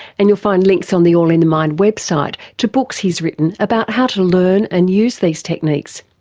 and you'll find links on the all in the mind website to books he's written about how to learn and use these techniques.